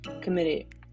committed